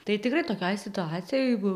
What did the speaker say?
tai tikrai tokioj situacijoj jeigu